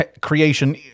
creation